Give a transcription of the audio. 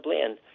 land